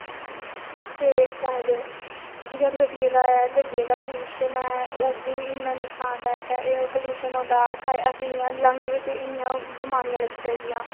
ते केह् आक्खदे जियां गड्डियें दा एह् गड्डियें दा पलूष्ण ऐ ओह्वी इन्ना नुक्सान करदा ऐ एयर पलूष्ण होंदा अस इयां लंग्ज बिच इन्नियां बिमारियां लग्गी सकदी